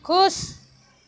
ख़ुशि